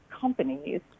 companies